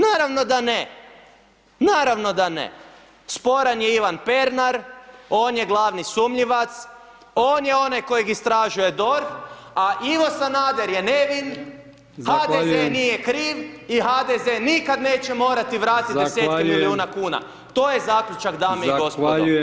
Naravno da ne, naravno da ne, sporan je Ivan Pernar, on je glavni sumnjivac, on je onaj kojeg istražuje DORH, a Ivo Sanader je nevin [[Upadica: Zahvaljujem]] HDZ nije kriv i HDZ nikad neće morati vratiti [[Upadica: Zahvaljujem]] desetke milijuna kuna, to je zaključak [[Upadica: Zahvaljujem]] dame i gospodo.